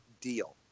deal